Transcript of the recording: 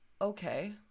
Okay